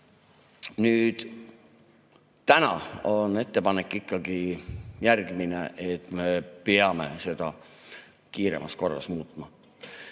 täna on ettepanek ikkagi järgmine: me peame seda kiiremas korras muutma.